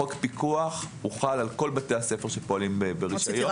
חוק פיקוח חל על כל בתי הספר שפועלים ברשיון.